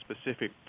specific